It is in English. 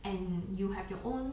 and you have your own